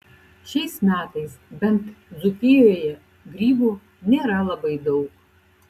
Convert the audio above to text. šiais metais bent dzūkijoje grybų nėra labai daug